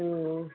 ம் ம்